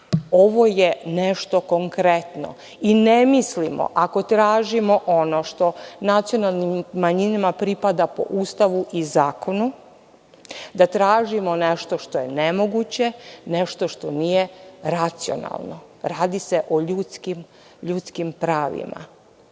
je nešto konkretno i ne mislimo ako tražimo ono što nacionalnim manjinama pripada po Ustavu i zakonu da tražimo nešto što je nemoguće, nešto što nije racionalno. Radi se o ljudskim pravima.